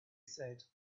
said